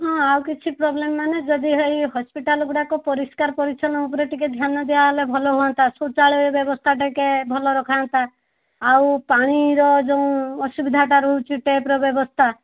ହଁ ଆଉ କିଛି ପ୍ରୋବ୍ଲେମ୍ ମାନେ ଯଦି ଏଇ ହସ୍ପିଟାଲ୍ ଗୁଡ଼ାକ ପରିଷ୍କାର ପରିଚ୍ଛନ୍ନ ଉପରେ ଟିକିଏ ଧ୍ୟାନ ଦିଆହେଲେ ଭଲ ହୁଅନ୍ତା ଶୌଚାଳୟ ବ୍ୟବସ୍ତା ଟିକିଏ ଭଲ ରଖା ହୁଅନ୍ତା ଆଉ ପାଣିର ଯେଉଁ ଅସୁବିଧା ଟା ରହୁଛି ଟେପ୍ ର ବ୍ୟବସ୍ତା